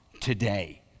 today